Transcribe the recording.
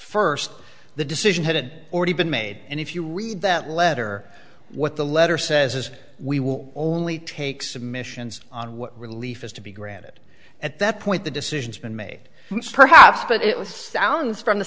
first the decision had already been made and if you read that letter what the letter says is we will only take submissions on what relief is to be granted at that point the decisions been made perhaps but it sounds from the